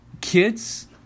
Kids